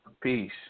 Peace